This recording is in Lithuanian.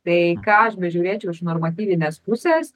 tai ką aš bežiūrėčiau iš normatyvinės pusės